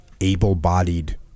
able-bodied